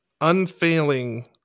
unfailing